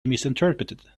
misinterpreted